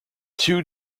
two